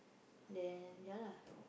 then ya lah